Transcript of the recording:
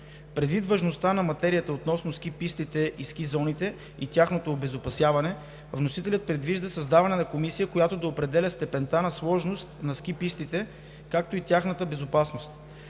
Предвид важността на материята относно ски пистите и ски зоните и тяхното обезопасяване, вносителят предвижда създаване на комисия, която да определя степента на сложност на ски пистите, както и тяхната безопасност.